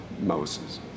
Moses